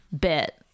bit